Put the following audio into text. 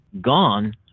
gone